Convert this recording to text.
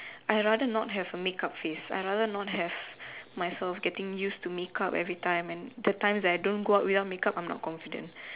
I rather not have a make up face I rather not have myself getting used to make up every time and that time if I don't going out without make up I am not confident